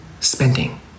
Spending